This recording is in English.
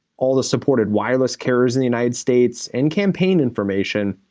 all the supported wireless carriers in the united states, and campaign information,